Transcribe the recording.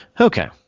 Okay